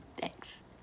thanks